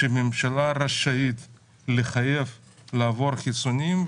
שהממשלה רשאית לחייב לעבור חיסונים,